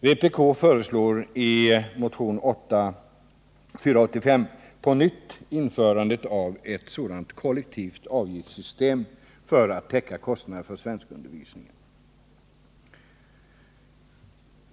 Vpk föreslår i motionen 485 på nytt införandet av ett sådant kollektivt avgiftssystem för att täcka kostnaderna för svenskundervisningen.